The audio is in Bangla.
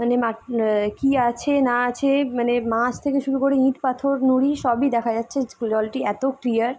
মানে মাট কি আছে না আছে মানে মাছ থেকে শুরু করে হঁট পাথর নুড়ি সবই দেখা যাচ্ছে জলটি এত ক্লিয়ার